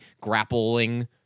grappling